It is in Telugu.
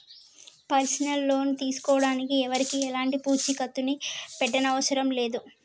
పర్సనల్ లోన్ తీసుకోడానికి ఎవరికీ ఎలాంటి పూచీకత్తుని పెట్టనవసరం లేదు